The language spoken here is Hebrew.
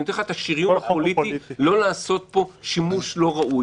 נותן לך את השריון הפוליטי לא לעשות פה שימוש לא ראוי.